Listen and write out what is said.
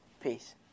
Peace